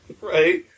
Right